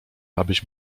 abyś